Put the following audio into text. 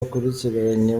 bakurikiranye